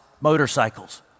motorcycles